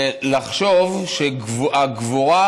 שחושבים